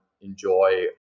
enjoy